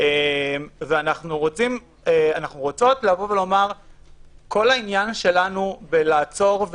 אנחנו רוצות לבוא ולומר שכל העניין שלנו בעצירת